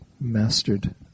mastered